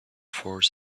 force